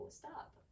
stop